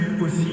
aussi